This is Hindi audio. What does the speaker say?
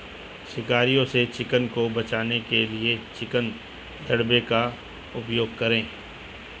शिकारियों से चिकन को बचाने के लिए चिकन दड़बे का उपयोग करें